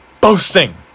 Boasting